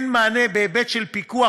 אין מענה בהיבט של הפיקוח,